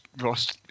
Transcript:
Ross